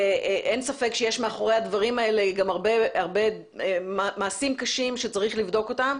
ואין ספק שיש מאחורי הדברים האלה גם הרבה מעשים קשים שצריך לבדוק אותם,